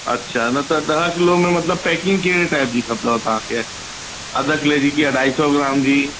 अच्छा न त ॾह किलो में मतिलबु पैकिंग कहिड़ी टाइप जी खपंदव तव्हां खे अध किले जी कि अढाई सौ ग्राम जी